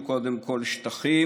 או: קודם כול שטחים,